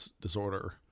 disorder